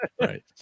right